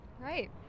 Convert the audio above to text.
Right